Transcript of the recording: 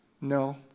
No